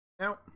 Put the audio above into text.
now